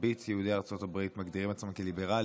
מרבית יהודי ארצות הברית מגדירים את עצמם כליברלים.